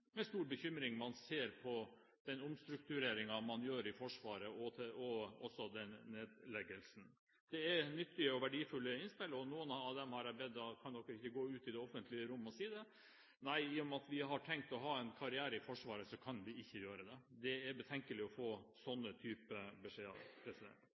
med stor bekymring de ser på omstruktureringene man gjør i Forsvaret og også den nedleggelsen. Det er nyttige og verdifulle innspill, og noen av dem har jeg spurt om de ikke kan gå ut i det offentlige rom og si det. – Nei, i og med at vi har tenkt å ha en karriere i Forsvaret, så kan vi ikke gjøre det, svarer de. Det er betenkelig å få